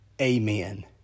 Amen